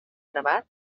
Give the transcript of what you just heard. gravat